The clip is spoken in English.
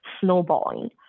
snowballing